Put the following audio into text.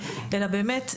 אלא באמת,